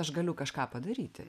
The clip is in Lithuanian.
aš galiu kažką padaryti